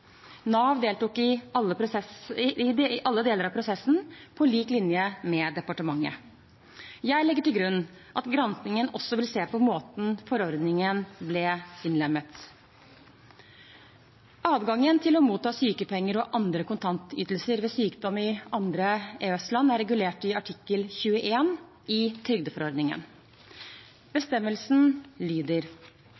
Nav deltok i alle deler av prosessen på lik linje med departementet. Jeg legger til grunn at granskingen også vil se på måten forordningen ble innlemmet på. Adgangen til å motta sykepenger og andre kontantytelser ved sykdom i andre EØS-land er regulert i artikkel 21 i trygdeforordningen.